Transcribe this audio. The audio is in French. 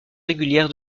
régulière